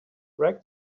break